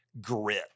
grit